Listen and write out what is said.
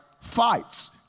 fights